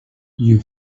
you